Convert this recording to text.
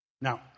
Now